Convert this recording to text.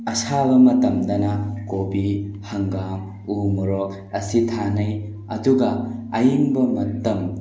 ꯑꯁꯥꯕ ꯃꯇꯝꯗꯅ ꯀꯣꯕꯤ ꯍꯪꯒꯥꯝ ꯎ ꯃꯣꯔꯣꯛ ꯑꯁꯤ ꯊꯥꯅꯩ ꯑꯗꯨꯒ ꯑꯏꯪꯕ ꯃꯇꯝ